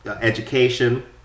education